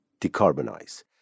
decarbonize